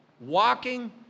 walking